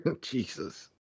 Jesus